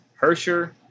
Hersher